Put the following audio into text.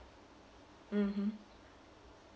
mmhmm